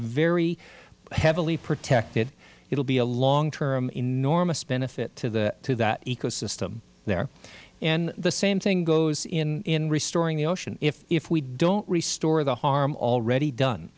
very heavily protected it will be a long term enormous benefit to that ecosystem there and the same thing goes in restoring the ocean if we don't restore the harm already done